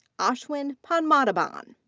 ashwin padmanabhan.